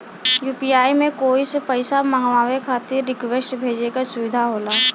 UPI में कोई से पइसा मंगवाये खातिर रिक्वेस्ट भेजे क सुविधा होला